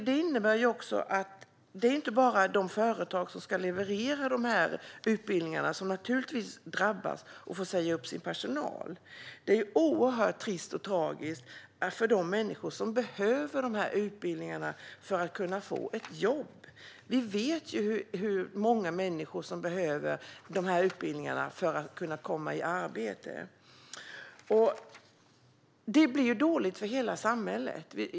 Detta innebär också att det inte bara är de företag som ska leverera utbildningarna som drabbas och får säga upp personal. Det är oerhört trist och tragiskt för de människor som behöver utbildningarna för att kunna få ett jobb. Vi vet ju hur många människor som behöver dessa utbildningar för att kunna komma i arbete. Detta blir dåligt för hela samhället.